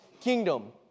kingdom